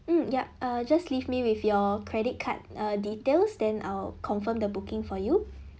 mm yup err just leave me with your credit card err details then I'll confirm the booking for you